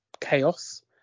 chaos